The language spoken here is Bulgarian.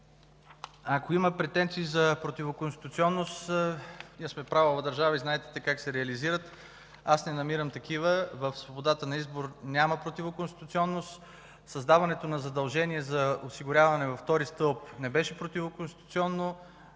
Ако има претенции за противоконституционност, ние сме правова държава и знаете как те се реализират. Аз не намирам такива. В свободата на избор няма противоконституционност. Създаването на задължение за осигуряване във втори стълб не беше противоконституционно.